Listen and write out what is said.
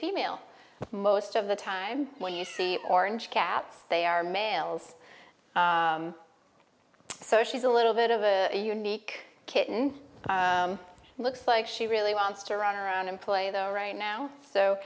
female most of the time when you see orange cats they are males so she's a little bit of a unique kitten looks like she really wants to run around and play there right now so